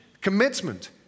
commitment